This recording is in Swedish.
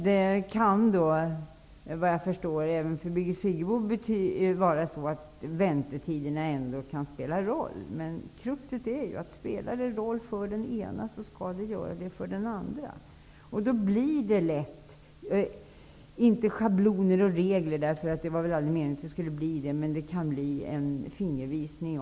Det kan såvitt jag förstår även för Birgit Friggebo vara så att väntetid kan spela en roll. Men kruxet är att om det spelar en roll för den ene, skall det göra det också för den andre. Då blir det lätt om inte schabloner och regler -- det var väl aldrig meningen -- ändock en fingervisning.